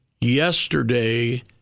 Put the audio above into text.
Yesterday